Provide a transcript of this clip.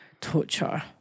torture